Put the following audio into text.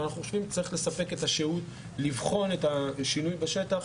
ואנחנו חושבים שצריך לספק את השהות לבחון את השינוי בשטח,